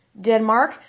Denmark